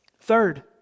Third